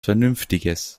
vernünftiges